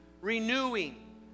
renewing